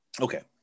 Okay